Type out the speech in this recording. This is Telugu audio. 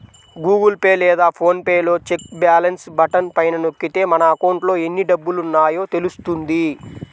గూగుల్ పే లేదా ఫోన్ పే లో చెక్ బ్యాలెన్స్ బటన్ పైన నొక్కితే మన అకౌంట్లో ఎన్ని డబ్బులున్నాయో తెలుస్తుంది